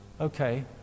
Okay